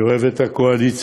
אני אוהב את הקואליציה,